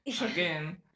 again